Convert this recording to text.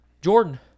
Jordan